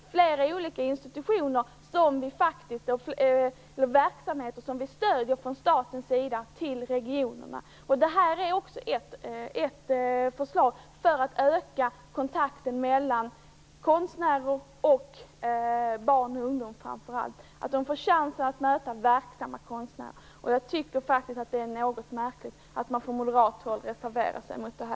Det finns flera olika institutioner och verksamheter som staten stöder i regionerna. Detta är ett förslag som syftar till att öka kontakten mellan konstnärer och framför allt barn och ungdomar så att de får chansen att möta verksamma konstnärer. Jag tycker faktiskt att det är något märkligt att man från moderat håll reserverar sig mot detta.